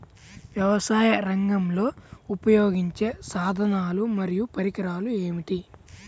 వ్యవసాయరంగంలో ఉపయోగించే సాధనాలు మరియు పరికరాలు ఏమిటీ?